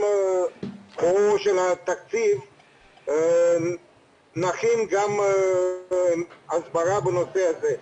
עם בואו של התקציב נכין גם הסברה בנושא הזה.